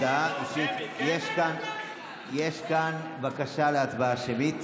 יש כאן בקשה להצבעה שמית.